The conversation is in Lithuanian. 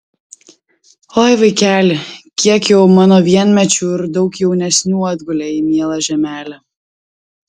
oi vaikeli kiek jau mano vienmečių ir daug jaunesnių atgulė į mielą žemelę